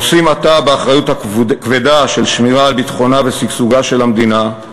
נושאים עתה באחריות הכבדה של שמירה על ביטחונה ושגשוגה של המדינה,